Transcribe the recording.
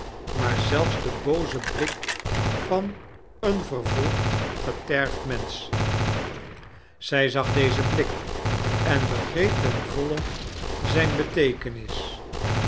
maar zelfs de booze blik van een vervolgd getergd mensch zij zag dezen blik en begreep ten volle zijn beteekenis